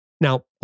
Now